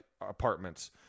apartments